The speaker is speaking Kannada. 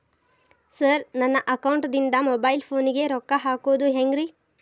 ಸರ್ ನನ್ನ ಅಕೌಂಟದಿಂದ ಮೊಬೈಲ್ ಫೋನಿಗೆ ರೊಕ್ಕ ಹಾಕೋದು ಹೆಂಗ್ರಿ?